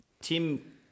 Tim